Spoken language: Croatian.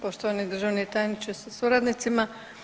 Poštovani državni tajniče sa suradnicima.